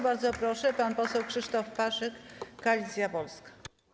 Bardzo proszę, pan poseł Krzysztof Paszyk, Koalicja Polska.